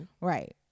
Right